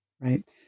Right